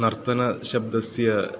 नर्तनशब्दस्य